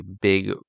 big